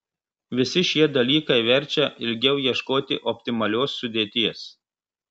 visi šie dalykai verčia ilgiau ieškoti optimalios sudėties